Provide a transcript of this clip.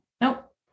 Nope